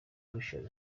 christian